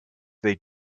they